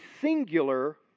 singular